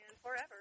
Forever